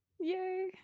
yay